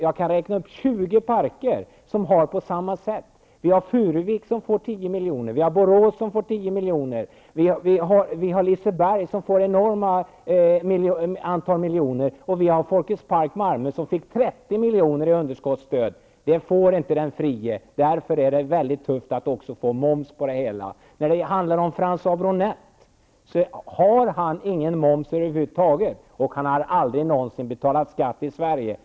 Jag kan räkna upp miljoner, Boråsparken får 10 miljoner, Liseberg får ett enormt antal miljoner, och Folkets Park i Malmö fick 30 miljoner i underskottsstöd. Det får inte den frie. Därför är det väldigt tufft att också behöva betala moms på det hela. François Bronetts verksamhet är inte momsbelagd över huvud taget, och han har aldrig någonsin betalat skatt i Sverige.